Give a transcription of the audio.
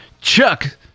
Chuck